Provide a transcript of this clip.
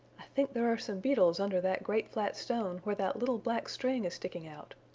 i think there are some beetles under that great flat stone where that little black string is sticking out.